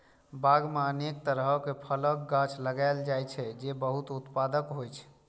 बाग मे अनेक तरहक फलक गाछ लगाएल जाइ छै, जे बहुत उत्पादक होइ छै